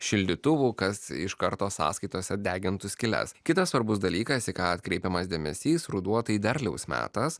šildytuvų kas iš karto sąskaitose degintų skyles kitas svarbus dalykas į ką atkreipiamas dėmesys ruduo tai derliaus metas